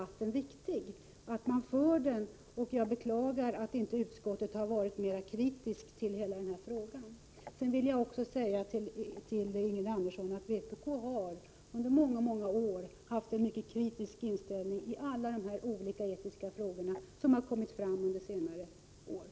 1987/88:136 debatten viktig, och jag beklagar att utskottet inte har varit mer kritisktihela 8 juni 1988 den här frågan. Jag vill dessutom säga till Ingrid Andersson att vpk har haft en mycket kritisk inställning i alla de olika etiska frågor som har kommit fram under senare år.